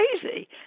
crazy